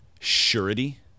surety